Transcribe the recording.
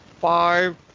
five